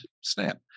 snap